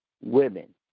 women